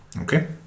Okay